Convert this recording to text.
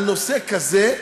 על נושא כזה,